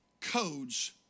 codes